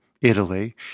Italy